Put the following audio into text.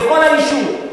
לכל היישוב,